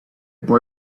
boy